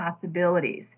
possibilities